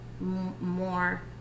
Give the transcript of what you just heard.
more